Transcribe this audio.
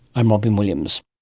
i'm robyn williams